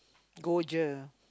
go jer